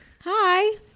Hi